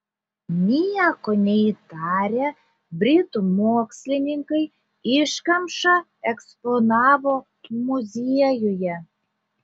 nieko neįtarę britų mokslininkai iškamšą eksponavo muziejuje